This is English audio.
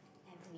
have me